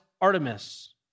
Artemis